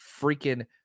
freaking